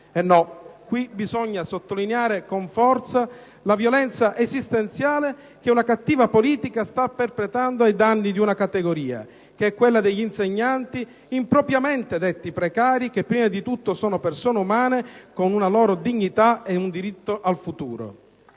No! Qui bisogna sottolineare con forza la violenza esistenziale che una cattiva politica sta perpetrando ai danni di una categoria, quella degli insegnanti impropriamente detti precari, che prima di tutto sono persone umane con una loro dignità e un diritto al futuro.